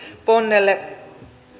ponnelle